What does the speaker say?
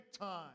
time